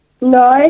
No